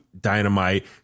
Dynamite